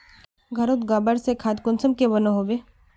घोरोत गबर से खाद कुंसम के बनो होबे?